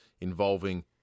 involving